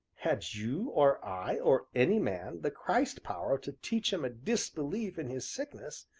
had you, or i, or any man, the christ-power to teach him a disbelief in his sickness,